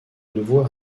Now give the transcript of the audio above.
nouveau